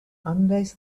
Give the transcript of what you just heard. unless